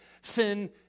Sin